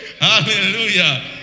Hallelujah